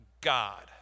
God